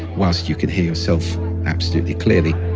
whilst you can hear yourself absolutely clearly